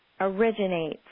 originates